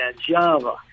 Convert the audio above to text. Java